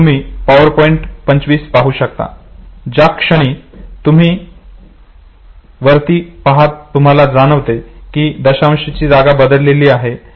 तुम्ही पॉईंट 25 पाहू शकतात ज्या क्षणी तुम्ही वरती पाहात तुम्हाला जाणवते कि दशांशची जागा बदललेली आहे